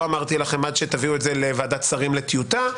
לא אמרתי לכם עד שתביאו את זה לוועדת שרים לטיוטה,